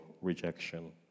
Rejection